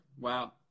Wow